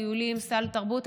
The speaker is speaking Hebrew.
טיולים, סל תרבות.